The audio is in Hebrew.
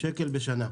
שקל בשנה.